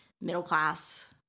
middle-class